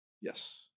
Yes